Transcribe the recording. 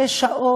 שש שעות,